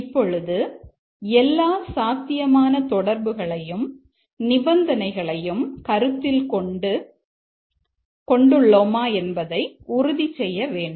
இப்பொழுது எல்லா சாத்தியமான தொடர்புகளையும் நிபந்தனைகளையும் கருத்தில் கொண்டு உள்ளோமா என்பதை உறுதி செய்ய வேண்டும்